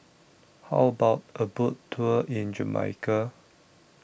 How about A Boat Tour in Jamaica